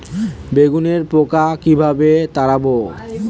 বেগুনের পোকা কিভাবে তাড়াব?